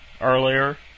earlier